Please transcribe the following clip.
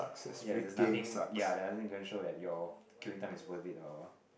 ya there's nothing ya there's nothing gonna show that your queuing time is worth it or what